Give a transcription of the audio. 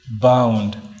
bound